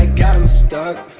and got em stuck